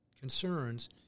concerns